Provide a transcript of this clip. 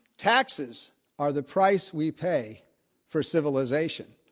taxes are the price we pay for civilization.